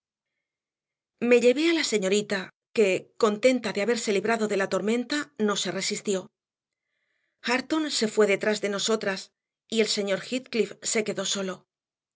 me llevé a la señorita que contenta de haberse librado de la tormenta no se resistió hareton se fue detrás de nosotras y el señor heathcliff se quedó solo